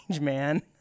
man